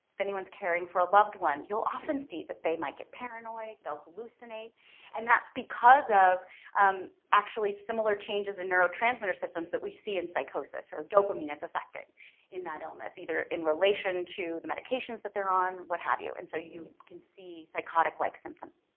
if anyone's caring for a loved one you'll often see that they might get paranoid they'll hallucinate and that's because of actually similar changes in neurotransmitter systems that we see in psychosis so dopamine is affected in that illness either in relation to the medications that they're on what have you and so you can see psychotic like symptoms.